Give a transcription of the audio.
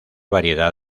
variedad